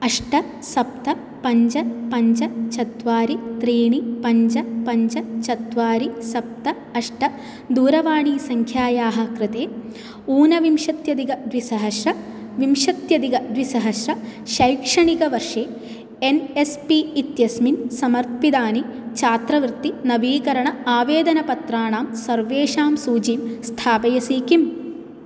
अष्ट सप्त पञ्च पञ्च चत्वारि त्रीणि पञ्च पञ्च चत्वारि सप्त अष्ट दूरवाणीसङ्ख्यायाः कृते ऊनविंशत्यधिकद्विसहस्रं विंशत्यधिकद्विसहस्रं शैक्षणिकवर्षे एन् एस् पि इत्यस्मिन् समर्पितानि छात्रवृत्तिनवीकरणम् आवेदनपत्राणां सर्वेषां सूचिं स्थापयसि किम्